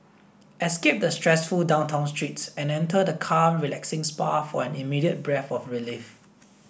escape the stressful downtown streets and enter the calm relaxing spa for an immediate breath of relief